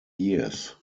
years